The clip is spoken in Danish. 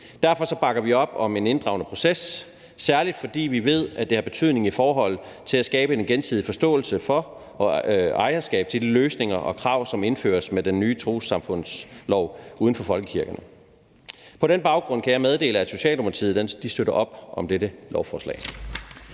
Derfor bakker vi op om en inddragende proces, særlig fordi vi ved, at det har betydning i forhold til at skabe en gensidig forståelse for og ejerskab til de løsninger og krav, som indføres med den nye lov om trossamfund uden for folkekirken. På den baggrund kan jeg meddele, at Socialdemokratiet støtter op om dette lovforslag.